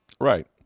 Right